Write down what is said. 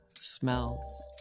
smells